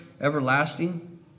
everlasting